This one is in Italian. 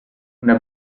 una